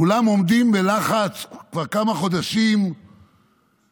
כולם עומדים בלחץ כבר כמה חודשים לראות